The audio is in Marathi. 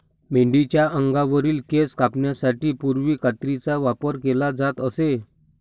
मेंढीच्या अंगावरील केस कापण्यासाठी पूर्वी कात्रीचा वापर केला जात असे